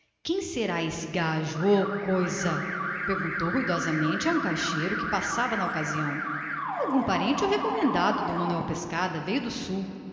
quem será esse gajo ó coisa perguntou ele ruidosamente a um súcio que passava na ocasião algum parente ou recomendado do manuel pescada veio do sul